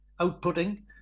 outputting